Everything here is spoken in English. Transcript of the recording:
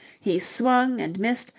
he swung and missed,